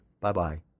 Bye-bye